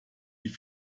die